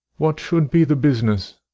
what should be the business?